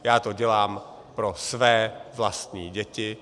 Já to dělám pro své vlastní děti.